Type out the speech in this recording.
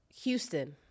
Houston